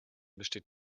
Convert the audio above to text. besteht